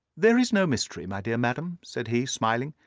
there is no mystery, my dear madam, said he, smiling.